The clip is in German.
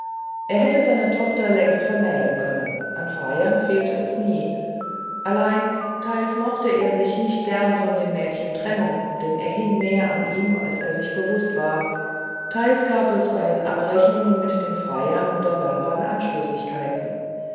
er hätte seine tochter längst vermählen können an freiern fehlte es nie allein teils mochte er sich nicht gern von dem mädchen trennen denn er hing mehr an ihm als er sich bewußt war teils gab es bei den abrechnungen mit den freiern oder werbern anstößigkeiten